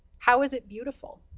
how is it beautiful?